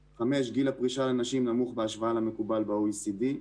5. גיל הפרישה לנשים נמוך בהשוואה למקובל במדינות ה-OECD.